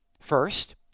first